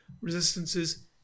resistances